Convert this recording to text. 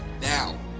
Now